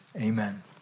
Amen